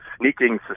sneaking